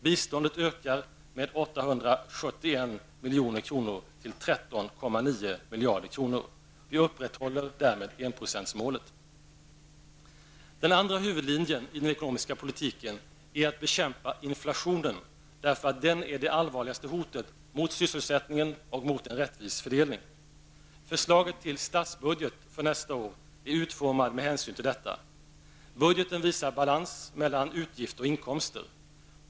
Biståndet ökar med 871 milj.kr. till 13,9 miljarder kronor. Vi upprätthåller därmed enprocentsmålet. Den andra huvudlinjen i den ekonomiska politiken är att bekämpa inflationen, därför att den är det allvarligaste hotet mot sysselsättningen och mot en rättvis fördelning. Förslaget till statsbudget för nästa år är utformat med hänsyn till detta. Budgeten visar balans mellan utgifter och inkomster.